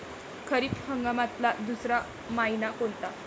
खरीप हंगामातला दुसरा मइना कोनता?